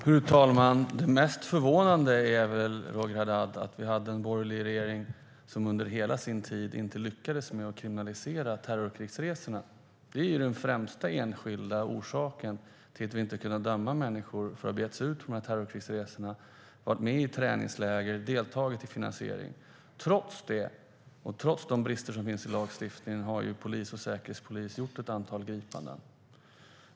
Fru talman! Det mest förvånande, Roger Haddad, är att den borgerliga regeringen under sin regeringsperiod inte lyckades kriminalisera terrorkrigsresorna. Det är den främsta enskilda orsaken till att vi inte har kunnat döma människor för att ha begett sig ut på terrorkrigsresorna, deltagit i träningsläger och deltagit i finansiering. Trots de brister som finns i lagstiftningen har polis och säkerhetspolis gjort ett antal gripanden.